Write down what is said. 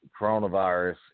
coronavirus